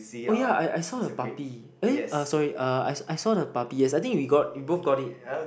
oh yeah I I saw a puppy eh sorry uh I I saw the puppy yes I think we got we both got it